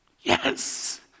Yes